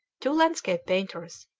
two landscape painters,